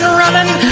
running